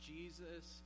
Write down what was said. Jesus